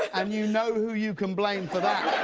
and you know who you can blame for that.